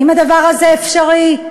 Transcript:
האם הדבר הזה אפשרי?